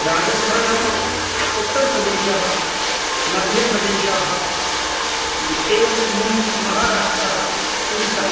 राजस्थानम् उत्तरप्रदेशः मध्यप्रदेशः एवं मुम् महाराष्ट्रः उडिसा